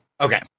Okay